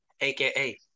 aka